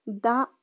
da